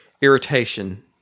irritation